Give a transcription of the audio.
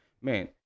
man